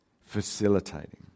Facilitating